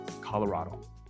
Colorado